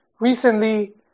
recently